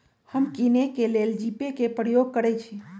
हम किने के लेल जीपे कें प्रयोग करइ छी